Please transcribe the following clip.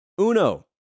Uno